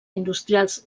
industrials